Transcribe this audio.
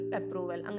approval